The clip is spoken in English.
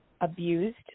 abused